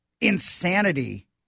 insanity